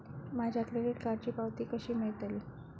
माझ्या क्रेडीट कार्डची पावती कशी मिळतली?